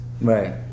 Right